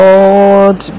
Lord